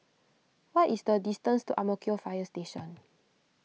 what is the distance to Ang Mo Kio Fire Station